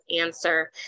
answer